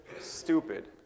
stupid